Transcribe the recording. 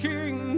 King